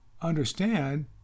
understand